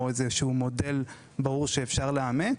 או מודל ברור שאפשר לאמץ.